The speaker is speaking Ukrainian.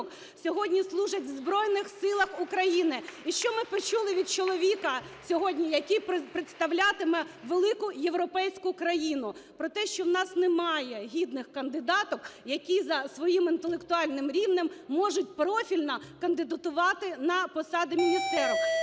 сьогодні служать у Збройних Силах України. (Оплески) І що ми почули від чоловіка сьогодні, який представлятиме велику європейську країну? Про те, що в нас немає гідних кандидаток, які за своїм інтелектуальним рівнем можуть профільно кандидатувати на посади міністерок.